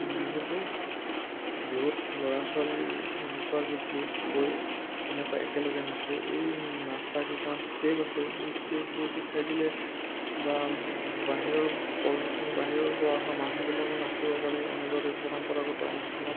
বিহুতো বিহুত ল'ৰা ছোৱালী জোকোৱা জোকোই কৈ এনেকুৱা একেলগে নাচে এই নাচা কেইটামান ষ্টেপ আছে এই ষ্টেপবোৰ শিকাই দিলে বা বাহিৰৰ পৰ্যটন বাহিৰৰপৰা অহা মানুহবিলাকো নাচিব পাৰে এনেদৰে পৰম্পৰাগত অনুষ্ঠানত